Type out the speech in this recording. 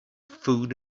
food